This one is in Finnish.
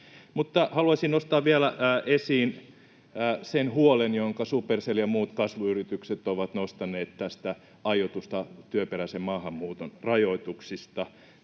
Haluaisin nostaa vielä esiin sen huolen, jonka Supercell ja muut kasvuyritykset ovat nostaneet näistä aiotuista työperäisen maahanmuuton rajoituksista.